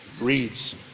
reads